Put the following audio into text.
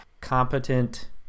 competent